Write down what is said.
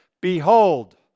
Behold